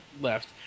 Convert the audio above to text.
left